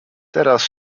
teraz